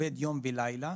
עובד יום ולילה,